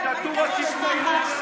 דיקטטורה שיפוטית היא של השמאל.